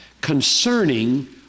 concerning